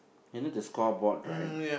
remember the scoreboard right